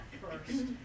first